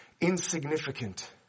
insignificant